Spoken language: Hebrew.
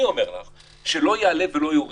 אני אומר לך שלא יעלה ולא יוריד,